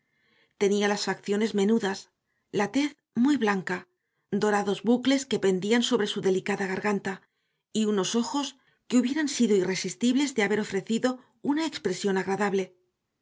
tenía las facciones menudas la tez muy blanca dorados bucles que pendían sobre su delicada garganta y unos ojos que hubieran sido irresistibles de haber ofrecido una expresión agradable